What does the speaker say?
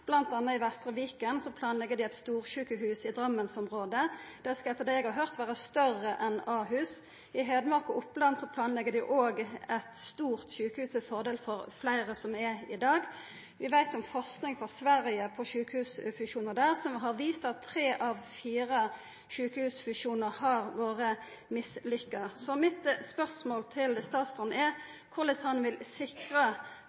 i fleire andre regionar, bl.a. i Vestre Viken, der dei planlegg eit storsjukehus i Drammensområdet. Det skal, etter det eg har høyrt, vera større enn Ahus. I Hedmark og Oppland planlegg dei òg eit stort sjukehus til fordel for fleire, som det er i dag. Vi veit om forsking frå Sverige på sjukehusfusjonar der som har vist at tre av fire sjukehusfusjonar har vore mislukka. Mine spørsmål til statsråden